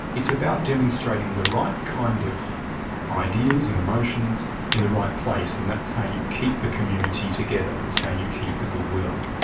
it's about demonstrating the right kind of ideas and emotions in the right place, and that's how you keep the community together, it's how you keep the goodwill.